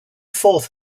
fourth